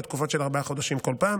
לתקופות של ארבעה חודשים כל פעם,